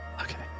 Okay